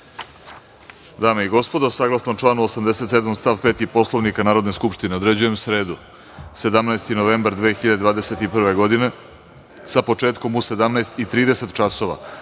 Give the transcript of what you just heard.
Predlogu zakona. Saglasno članu 87. stav 5. Poslovnika Narodne skupštine, određujem sredu, 17. novembar 2021. godine, sa početkom u 17.30 časova,